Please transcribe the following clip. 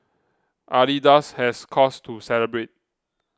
adidas has cause to celebrate